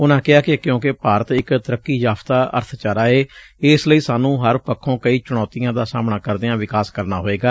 ਉਨੂਾ ਕਿਹਾ ਕਿ ਕਿਊਕਿ ਭਾਰਤ ਇਕ ਤਰੱਕੀ ਯਫ਼ਤਾ ਅਰਬਚਾਰਾ ਏ ਇਸ ਲਈ ਸਾਨੂੰ ਹਰ ਪਖੋ ਕਈ ਚੁਣੌਤੀਆਂ ਦਾ ਸਾਹਮਣਾ ਕਰਦਿਆਂ ਵਿਕਾਸ ਕਰਨਾ ਹੋਏਗਾ